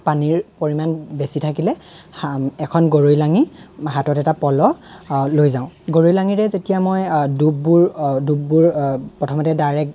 পানীৰ পৰিমাণ বেছি থাকিলে এখন গৰৈ লঙি হাতত এটা পলহ লৈ যাওঁ গৰৈ লাঙিৰে যেতিয়া মই ডুববোৰ ডুববোৰ প্ৰথমতে দাৰে